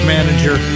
Manager